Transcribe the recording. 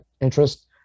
interest